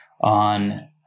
on